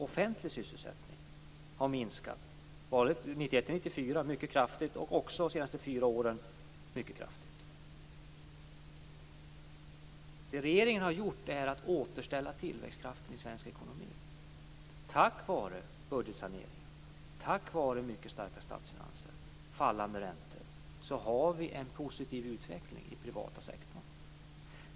Offentlig sysselsättning har minskat mycket kraftigt åren 1991-1994 och även de senaste fyra åren har den minskat mycket kraftigt. Det regeringen har gjort är att återställa tillväxtkraften i svensk ekonomi. Tack vare budgetsaneringen, tack vare mycket starka statsfinanser och fallande räntor har vi en positiv utveckling i den privata sektorn.